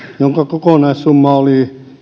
jonka kokonaissumma oli